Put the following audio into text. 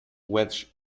wedge